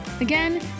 again